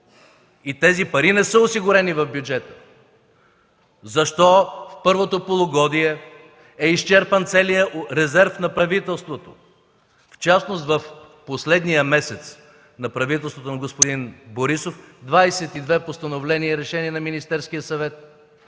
И тези пари не са осигурени в бюджета! Защо в първото полугодие е изчерпан целият резерв на правителството, в частност в последния месец на правителството на господин Борисов – 22 постановления и решения на Министерския съвет?